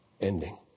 ending